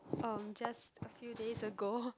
um just few days ago